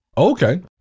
Okay